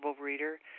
reader